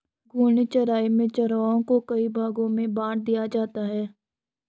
घूर्णी चराई में चरागाहों को कई भागो में बाँट दिया जाता है